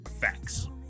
facts